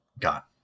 got